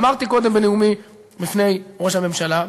אמרתי קודם בנאומי בפני ראש הממשלה,